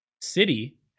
city